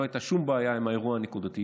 לא הייתה שום בעיה עם האירוע הנקודתי,